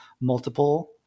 multiple